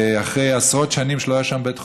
אחרי עשרות שנים שלא היה שם בית חולים.